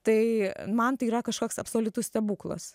tai man tai yra kažkoks absoliutus stebuklas